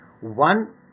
One